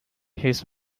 his